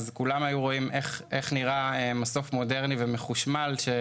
אז כולם היו רואים איך נראה מסוף מודרני ומחושמל שהוא